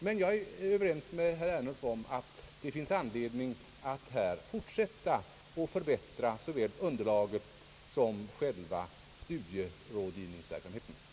Men jag är överens med herr Ernulf om att det finns anledning att fortsätta med att förbättra såväl underlaget som själva studierådgivningsverksamheten.